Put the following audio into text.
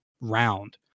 round